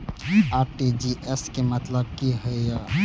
RTGS के मतलब की होय ये?